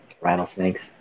rattlesnakes